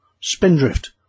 Spindrift